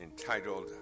entitled